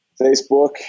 Facebook